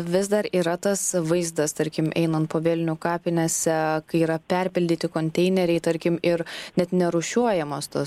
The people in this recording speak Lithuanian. vis dar yra tas vaizdas tarkim einant po vėlinių kapinėse kai yra perpildyti konteineriai tarkim ir net nerūšiuojamos tos